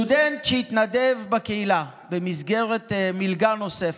סטודנט שהתנדב בקהילה במסגרת מלגה נוספת,